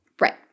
Right